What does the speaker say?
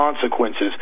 consequences